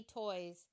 toys